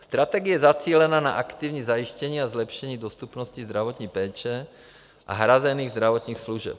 Strategie zacílená na aktivní zajištění a zlepšení dostupnosti zdravotní péče a hrazených zdravotních služeb.